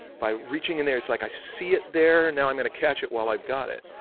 by reaching in there, it's like i see it there and now i'm going to catch it while i've got it.